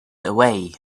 away